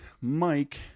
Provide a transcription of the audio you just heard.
Mike